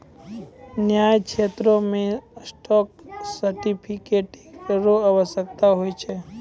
न्याय क्षेत्रो मे स्टॉक सर्टिफिकेट र आवश्यकता होय छै